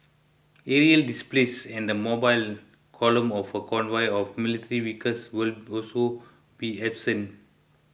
aerial displays and the mobile column of a convoy of military vehicles will also be absent